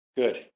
good